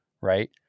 right